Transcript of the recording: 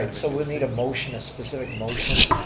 but so we'll need a motion, a specific motion.